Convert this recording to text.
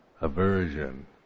aversion